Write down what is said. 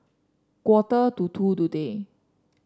quarter to two today